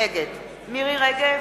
נגד מירי רגב,